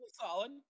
solid